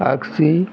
Agassaim